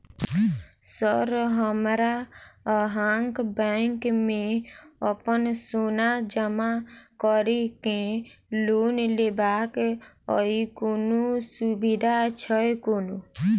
Sir हमरा अहाँक bank मे अप्पन सोना जमा करि केँ लोन लेबाक अई कोनो सुविधा छैय कोनो?